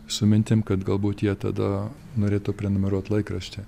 su mintim kad galbūt jie tada norėtų prenumeruot laikraštį